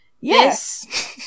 Yes